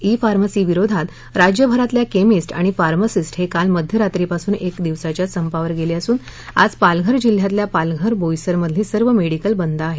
E pharmacy विरोधात राज्य भरातल्या केमिस्ट आणि फार्मसिस्ट हे काल मध्य रात्रीपासून एक दिवसाच्या संपावर गेले असून आज पालघर जिल्ह्यातल्या पालघर बोईसर मधली सर्व मेडिकल बंद आहेत